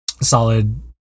solid